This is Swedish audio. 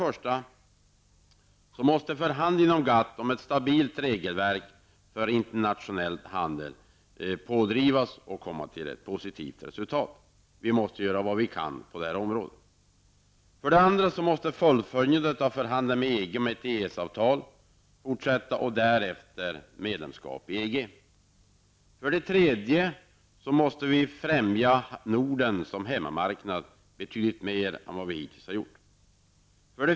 Förhandlingarna inom GATT om ett stabilt regelverk för internationell handel måste drivas på och nå ett positivt resultat. Vi måste göra vad vi kan på detta område. 2. Vi måste fullfölja förhandlingarna med EG om ett EES-avtal och därefter medlemskap i EG. 3. Norden som hemmamarknad måste vi främja betydligt mer än vi hittills har gjort.